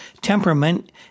temperament